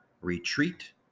retreat